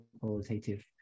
qualitative